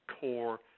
core